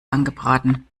angebraten